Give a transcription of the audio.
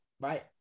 right